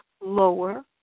lower